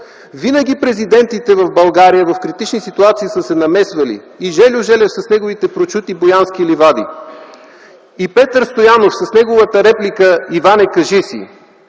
Винаги президентите в България в критични ситуации са се намесвали и Жельо Желев с неговите прочути „Боянски ливади”, и Петър Стоянов с неговата реплика „Иване, кажи